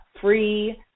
free